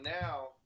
now